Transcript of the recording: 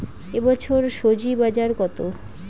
এ বছর স্বজি বাজার কত?